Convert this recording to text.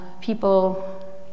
people